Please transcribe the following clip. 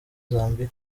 zambia